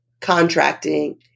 contracting